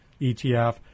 ETF